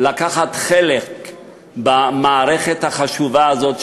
לקחת חלק במערכת החשובה הזאת,